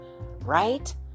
right